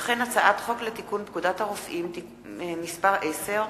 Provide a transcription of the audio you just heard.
וכן הצעת חוק לתיקון פקודת הרופאים (מס' 10)